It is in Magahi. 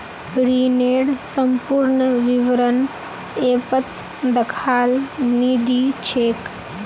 ऋनेर संपूर्ण विवरण ऐपत दखाल नी दी छेक